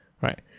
right